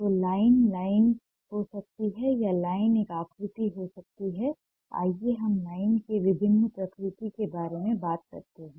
तो line line हो सकती है या लाइन एक आकृति हो सकती है आइए हम लाइन के विभिन्न प्रकृति के बारे में बात करते हैं